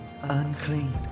Unclean